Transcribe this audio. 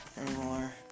anymore